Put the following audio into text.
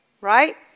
right